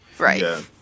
Right